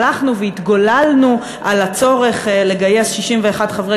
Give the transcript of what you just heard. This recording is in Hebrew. הלכנו והתגוללנו על הצורך לגייס 61 חברי